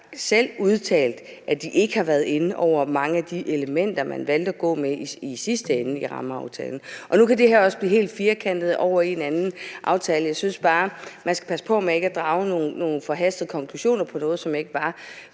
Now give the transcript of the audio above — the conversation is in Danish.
selv udtalt, at de ikke har været inde over mange af de elementer, man valgte at gå med i sidste ende i rammeaftalen. Nu kan det her også blive helt firkantet over i en anden aftale. Jeg synes bare, man skal passe på med ikke at drage nogle forhastede konklusioner på noget, som ikke var.